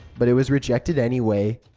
but it was rejected anyway.